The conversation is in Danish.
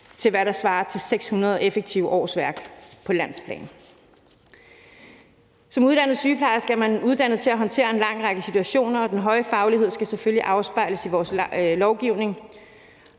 til, hvad der svarer til 600 effektive årsværk på landsplan. Som uddannet sygeplejerske er man uddannet til at håndtere en lang række situationer, og den høje faglighed skal selvfølgelig afspejles i vores lovgivning